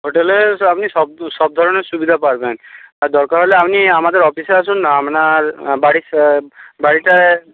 হোটেলে আপনি সব সবধরনের সুবিধা পারবেন আর দরকার হলে আপনি আমাদের অফিসে আসুন না আপনার বাড়ি বাড়িটার